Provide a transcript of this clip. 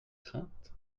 craintes